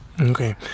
okay